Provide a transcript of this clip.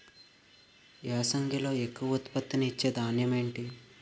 యాసంగిలో ఎక్కువ ఉత్పత్తిని ఇచే ధాన్యం ఏంటి?